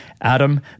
Adam